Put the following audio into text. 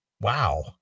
Wow